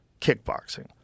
kickboxing